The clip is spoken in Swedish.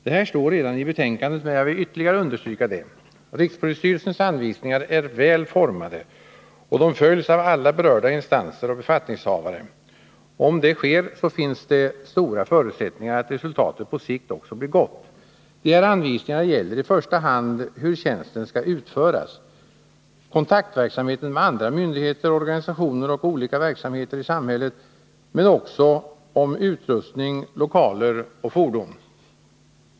Det här står redan i betänkandet, men jag vill ytterligare understryka det. Rikspolisstyrelsens anvisningar är väl formade, och om de följs av alla berörda instanser och befattningshavare finns det stora förutsättningar att resultatet på sikt också blir gott. Anvisningarna gäller i första hand hur tjänsten skall utföras, kontaktverksamheten med andra myndigheter, organisationer och olika verksamheter i samhället men också utrustning, lokaler och fordon.